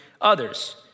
others